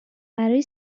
برای